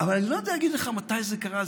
אבל אני לא יודע להגיד לך מתי זה קרה,